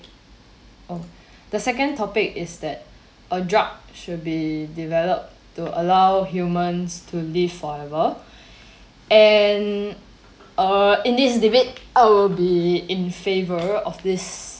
oh the second topic is that a drug should be developed to allow humans to live forever and uh in this debate I'll be in favor of this